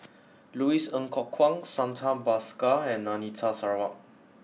Louis Ng Kok Kwang Santha Bhaskar and Anita Sarawak